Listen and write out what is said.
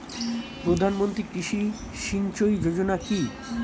প্রধানমন্ত্রী কৃষি সিঞ্চয়ী যোজনা কি?